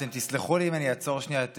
אתם תסלחו לי אם אני אעצור לשנייה את